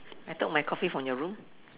I took my coffee from your room